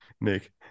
Nick